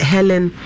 Helen